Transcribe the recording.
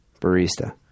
barista